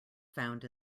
found